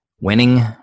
winning